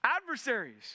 adversaries